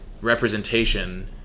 representation